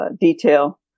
detail